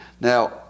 Now